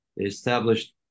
established